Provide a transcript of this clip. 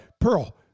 Pearl